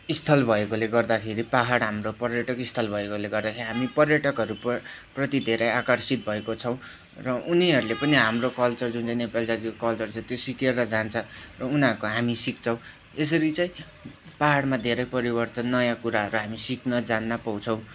स्थल भएकोले गर्दाखेरि पाहाड हाम्रो पर्यटकस्थल भएकोले गर्दाखेरि हामी पर्यटकहरू प्र प्रति धेरै आकर्षित भएको छौँ र उनीहरूले पनि हाम्रो कल्चर जुन चाहिँ नेपाली कल्चर छ त्यो सिकेर जान्छ र उनीहरूको हामी सिक्छौँ यसरी चाहिँ पाहाडमा धेरै परिवर्तन नयाँ कुराहरू हामी सिक्न जान्न पाउँछौँ